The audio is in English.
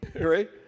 right